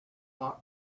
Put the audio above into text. talk